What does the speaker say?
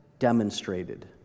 demonstrated